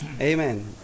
Amen